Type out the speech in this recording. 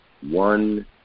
one